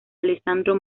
alessandro